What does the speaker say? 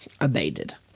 abated